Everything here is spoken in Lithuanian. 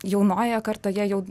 jaunojoje kartoje jau